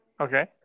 Okay